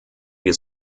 wir